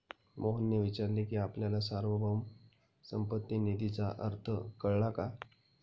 मोहनने विचारले की आपल्याला सार्वभौम संपत्ती निधीचा अर्थ कळला का?